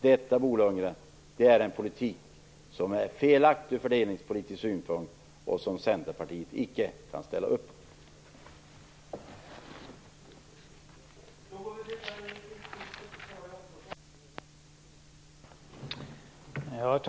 Detta, Bo Lundgren, är en politik som är felaktig ur fördelningspolitisk synpunkt och som Centerpartiet icke kan ställa upp på.